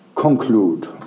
Conclude